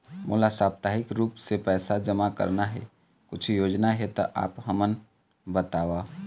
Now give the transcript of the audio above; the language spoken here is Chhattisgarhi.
मोला साप्ताहिक रूप से पैसा जमा करना हे, कुछू योजना हे त आप हमन बताव?